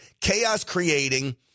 chaos-creating